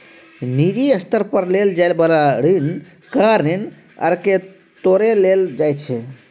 निजी स्तर पर लेल जाइ बला ऋण कार ऋण आर के तौरे लेल जाइ छै